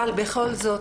אבל בכל זאת,